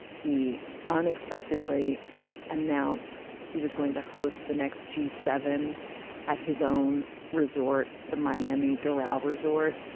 he unexpectedly announced he was going to host the next g seven at his own resort, the miami doral resort.